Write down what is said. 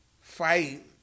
fight